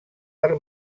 per